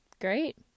great